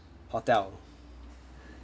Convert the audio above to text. hotel